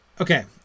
Okay